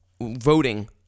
voting